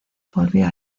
volvió